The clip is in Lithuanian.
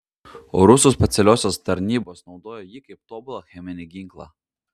o rusų specialiosios tarnybos naudojo jį kaip tobulą cheminį ginklą